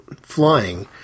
flying